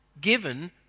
given